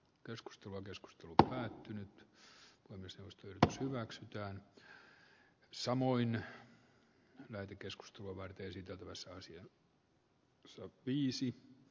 keskustelua keskustelu päättynyt omistustynyt hyväksyttyä nyt samoin merikeskus tuolla esiteltävä saisi ostaa viisi